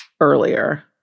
earlier